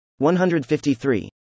153